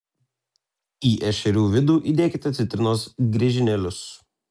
į ešerių vidų įdėkite citrinos griežinėlius